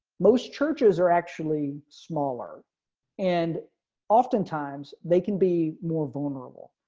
most churches are actually smaller and oftentimes they can be more vulnerable.